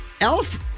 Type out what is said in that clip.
elf